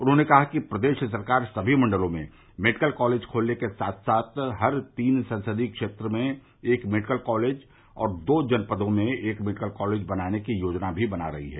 उन्होंने कहा कि प्रदेश सरकार समी मण्डतों में मेडिकल कॉलेज खोलने के साथ साथ हर तीन संसदीय क्षेत्र में एक मेडिकल कॉलेज और दो जनपदों में एक मेडिकल कॉलेज बनाने की योजना भी बना रही है